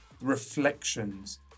reflections